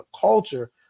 culture